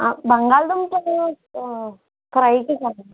బంగాళాదుంపలు fry చేసేకండి